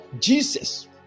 Jesus